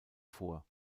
vor